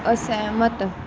ਅਸਹਿਮਤ